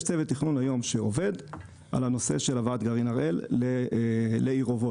יש היום צוות תכנון שעובד על הנושא של הבאת גרעין הראל לעיר אובות.